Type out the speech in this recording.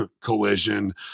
Collision